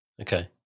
Okay